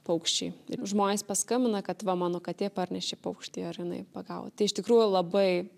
paukščiai žmonės paskambina kad va mano katė parnešė paukštį ar jinai pagavo tai iš tikrųjų labai